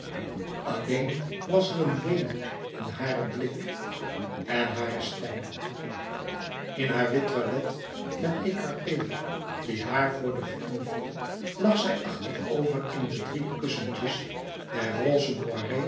alleen was er een weemoed in haren blik en hare stem in haar wit toilet met de écharpe die haar voor de voeten viel lag zij achterover in de drie kussentjes der roze